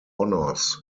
honours